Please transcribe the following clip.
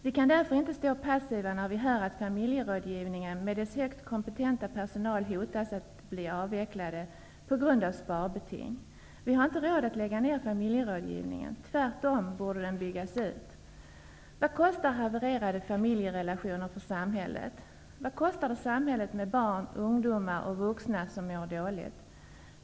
Vi kan därför inte stå passiva när vi hör att familjerådgivningen med dess mycket kompetenta personal hotas att bli avvecklad på grund av sparbeting. Vi har inte råd att lägga ned familjerådgivningen. Tvärtom borde den byggas ut. Vad kostar havererade familjerelationer samhället? Vad kostar det samhället med barn, ungdomar och vuxna som mår dåligt?